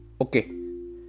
okay